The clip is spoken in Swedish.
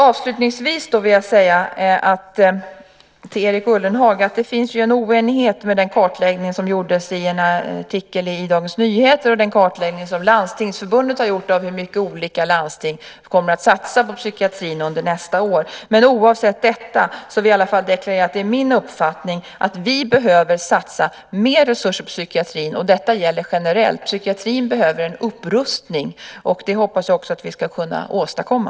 Till Erik Ullenhag vill jag säga att det finns en oenighet mellan den kartläggning som gjordes i en artikel i Dagens Nyheter och den kartläggning som Landstingsförbundet har gjort av hur mycket olika landsting kommer att satsa på psykiatrin under nästa år. Oavsett detta vill jag i alla fall deklarera att det är min uppfattning att vi behöver satsa mer resurser på psykiatrin, och detta gäller generellt. Psykiatrin behöver en upprustning, och det hoppas jag också att vi ska kunna åstadkomma.